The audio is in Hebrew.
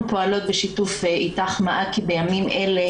אנחנו פועלות בשיתוף 'איתך-מעכי' בימים אלה